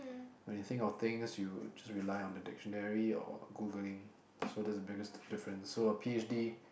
when you think of things you will just rely on the dictionary or Googling so that's the biggest different so a P_H_D